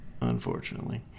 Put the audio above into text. Unfortunately